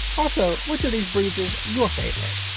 also, which of these breeds is your favorite?